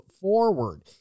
forward